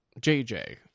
JJ